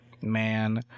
Man